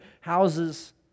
houses